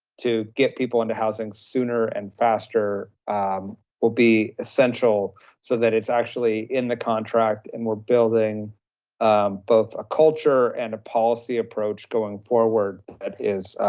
to get people into housing sooner and faster will be essential so that it's actually in the contract and we're building both a culture and a policy approach going forward. that is,